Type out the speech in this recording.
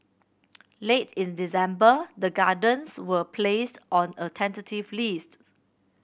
late in December the Gardens was placed on a tentative list